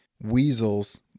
weasels